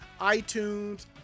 iTunes